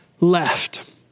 left